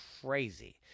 Crazy